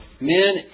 Men